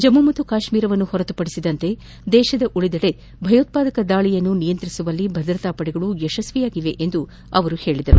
ಜಮ್ನು ಮತ್ತು ಕಾಶ್ಮೀರವನ್ನು ಹೊರತುಪಡಿಸಿ ದೇಶದ ಉಳಿದೆಡೆ ಭಯೋತ್ವಾದಕ ದಾಳಿಯನ್ನು ನಿಯಂತ್ರಿಸುವಲ್ಲಿ ಭದ್ರತಾಪಡೆಗಳು ಯಶಸ್ವಿಯಾಗಿದೆ ಎಂದು ಅವರು ತಿಳಿಸಿದರು